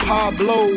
Pablo